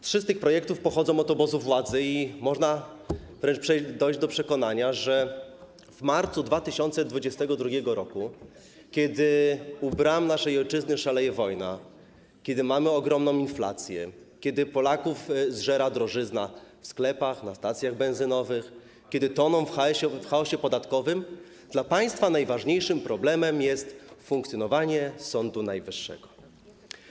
Trzy z tych projektów pochodzą od obozu władzy i można wręcz dojść do przekonania, że w marcu 2022 r., kiedy u bram naszej ojczyzny szaleje wojna, kiedy mamy ogromną inflację, kiedy Polaków zżera drożyzna w sklepach, na stacjach benzynowych, kiedy toną w chaosie podatkowym, dla państwa najważniejszym problemem jest funkcjonowanie Sądu Najwyższego.